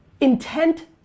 Intent